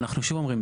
אנחנו שוב אומרים,